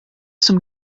zum